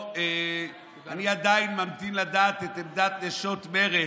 אני עדיין ממתין לדעת את עמדת נשות מרצ,